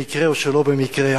במקרה או שלא במקרה,